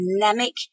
dynamic